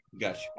gotcha